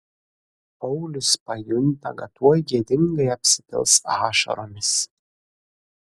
paulius pajunta kad tuoj gėdingai apsipils ašaromis